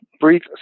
brief